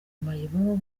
mayibobo